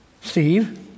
Steve